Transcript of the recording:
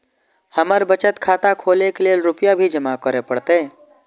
हमर बचत खाता खोले के लेल रूपया भी जमा करे परते?